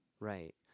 Right